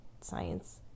science